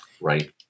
Right